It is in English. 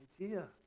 idea